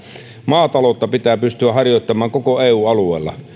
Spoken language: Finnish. maataloutta pitää pystyä harjoittamaan koko eu alueella